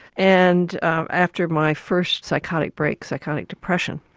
and after my first psychotic break, psychotic depression.